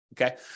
Okay